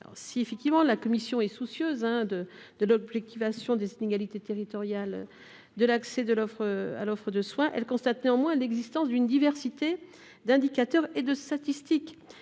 Si la commission est soucieuse de l’objectivation des inégalités territoriales d’accès à l’offre de soins, elle constate néanmoins l’existence d’une diversité d’indicateurs et de statistiques